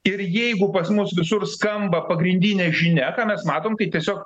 ir jeigu pas mus visur skamba pagrindinė žinia ką mes matom tai tiesiog